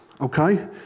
Okay